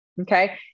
okay